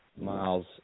Miles